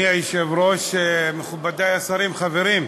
אדוני היושב-ראש, מכובדי השרים, חברים,